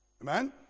amen